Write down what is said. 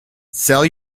sell